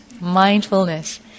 Mindfulness